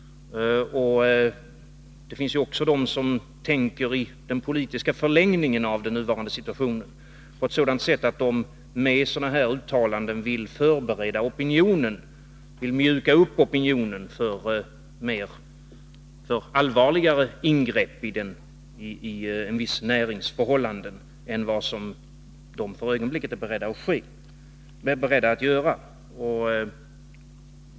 Det finns också de som tänker i den politiska förlängningen av den nuvarande situationen på ett sådant sätt att de med sådana här uttalanden vill förbereda och mjuka upp opinionen för allvarligare ingreppi en viss närings förhållanden än vad de för ögonblicket är beredda att göra.